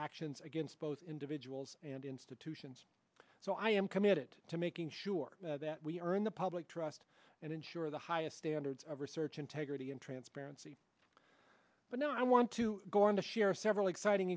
actions against both individuals and institutions so i am committed to making sure that we earn the public trust and ensure the highest standards of research integrity and transparency but now i want to go on to share several exciting